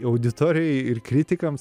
auditorijoj ir kritikams